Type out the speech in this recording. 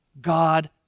God